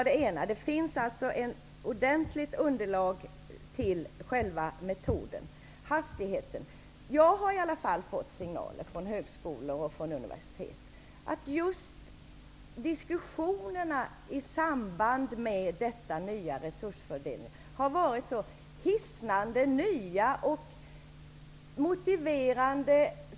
Det finns alltså ett ordentligt underlag till själva metoden. När det sedan gäller hastigheten har i varje fall jag fått signaler från högskolor och från universitet att just diskussionerna i samband med detta nya resursfördelningssystem har varit så hisnande nya och motiverande.